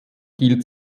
gilt